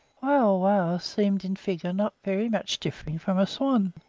wauwau seemed in figure not very much differing from a swan,